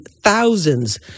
Thousands